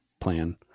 plan